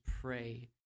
pray